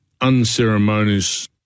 unceremonious